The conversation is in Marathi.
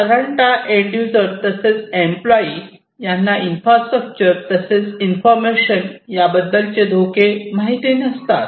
साधारणतः एंड यूजर तसेच एम्पलोयी यांना इन्फ्रास्ट्रक्चर तसेच इन्फॉर्मेशन याबद्दल चे धोके माहिती नसतात